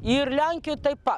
ir lenkijoj taip pat